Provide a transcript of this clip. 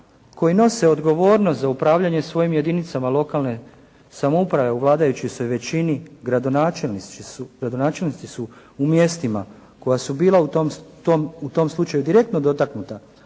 koji nose odgovornost za upravljanje svojim jedinicama lokalne samouprave u vladajućoj se većini gradonačelnici su u mjestima koja su bila u tom slučaju direktno dotaknuta,